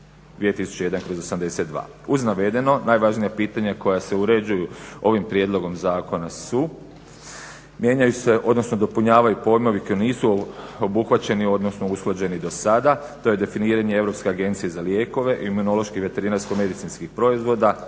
2001/82. Uz navedeno najvažnija pitanja koja se uređuju ovim prijedlogom zakona su, mijenjaju se odnosno dopunjavaju pojmovi koji nisu obuhvaćeni, odnosno usklađeni do sada. To je definiranje Europske agencije za lijekove, imunološki veterinarsko-medicinskih proizvoda,